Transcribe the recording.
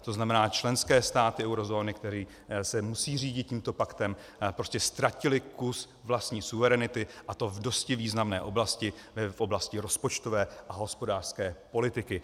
To znamená, členské státy eurozóny, které se musí řídit tímto paktem, prostě ztratily kus vlastní suverenity, a to v dosti významné oblasti, v oblasti rozpočtové a hospodářské politiky.